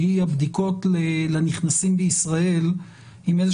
שהיא הבדיקות לנכנסים בישראל עם איזה